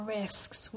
risks